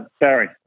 Barry